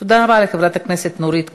תודה רבה לחברת הכנסת נורית קורן.